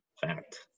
fact